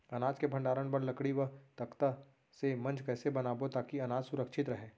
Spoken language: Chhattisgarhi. अनाज के भण्डारण बर लकड़ी व तख्ता से मंच कैसे बनाबो ताकि अनाज सुरक्षित रहे?